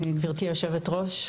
גברתי היושבת-ראש,